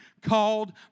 called